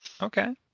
Okay